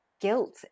guilt